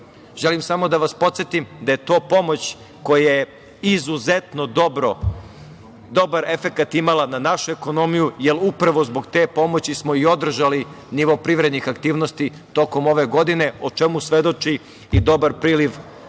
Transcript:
samo da vas podsetim da je to pomoć koja je izuzetno dobar efekat imala na našu ekonomiju, jer upravo zbog te pomoći smo i održali nivo privrednih aktivnosti tokom ove godine o čemu svedoči dobar priliv